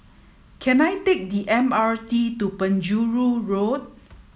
can I take the M R T to Penjuru Road